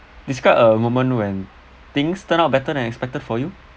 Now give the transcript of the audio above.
describe a moment when things turn out better than expected for you